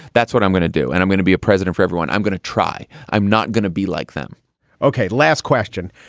that's what i'm going to do. and i'm going to be a president for everyone. i'm going to try i'm not going to be like them ok. last question.